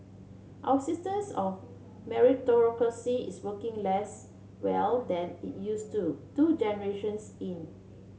our systems of meritocracy is working less well than it used to two generations in